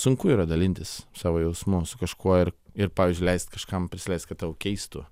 sunku yra dalintis savo jausmu su kažkuo ir ir pavyzdžiui leist kažkam prisileist kad tau keistų